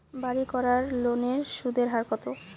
বাড়ির করার লোনের সুদের হার কত?